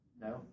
No